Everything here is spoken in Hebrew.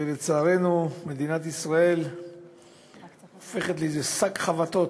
ולצערנו, מדינת ישראל הופכת לאיזה שק חבטות